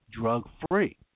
drug-free